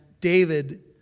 David